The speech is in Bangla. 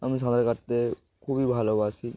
আমি সাঁতার কাটতে খুবই ভালোবাসি